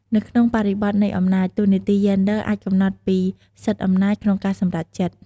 នៅក្នុងបរិបទនៃអំណាច តួនាទីយេនឌ័រអាចកំណត់ពី សិទ្ធិអំណាច ក្នុងការសម្រេចចិត្ត។